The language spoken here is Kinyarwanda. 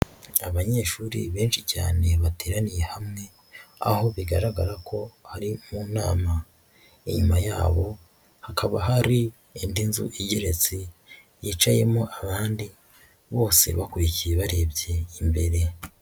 Abanyeshuri benshi cyane bateraniye hamwe aho bigaragara ko bari mu nama, inyuma yabo hakaba hari indi nzu igereratse, yicayemo abandi bose bakurikiye barebye imbere.